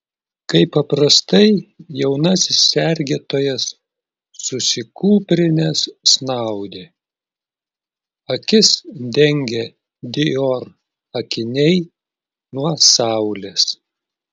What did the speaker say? kaip paprastai jaunasis sergėtojas susikūprinęs snaudė akis dengė dior akiniai nuo saulės